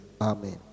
Amen